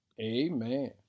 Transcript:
amen